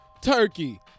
turkey